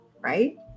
Right